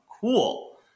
cool